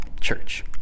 church